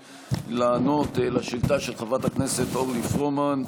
לענות על שאילתה של חברת הכנסת אורלי פרומן,